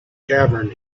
caravan